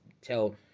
tell